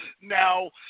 Now